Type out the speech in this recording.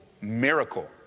miracle